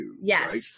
Yes